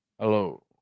Hello